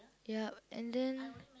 ya and then